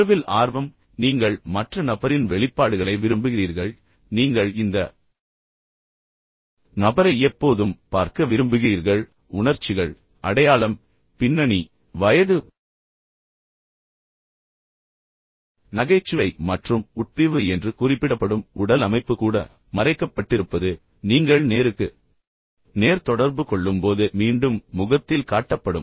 உறவில் ஆர்வம் எனவே நீங்கள் மற்ற நபரின் வெளிப்பாடுகளை விரும்புகிறீர்கள் நீங்கள் இந்த நபரை எப்போதும் பார்க்க விரும்புகிறீர்கள் உணர்ச்சிகள் அடையாளம் பின்னணி வயது நகைச்சுவை மற்றும் உட்பிரிவு என்று குறிப்பிடப்படும் உடல் அமைப்பு கூட மறைக்கப்பட்டிருப்பது நீங்கள் நேருக்கு நேர் தொடர்பு கொள்ளும்போது மீண்டும் முகத்தில் காட்டப்படும்